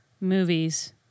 movies